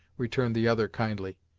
returned the other kindly.